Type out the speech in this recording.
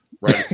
right